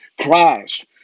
Christ